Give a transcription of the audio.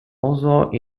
although